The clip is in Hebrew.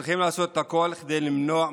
רוצה לדבר היום, לנוכח